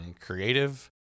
creative